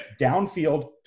downfield